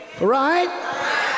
Right